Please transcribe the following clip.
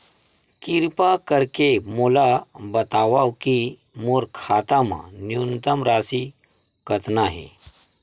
किरपा करके मोला बतावव कि मोर खाता मा न्यूनतम राशि कतना हे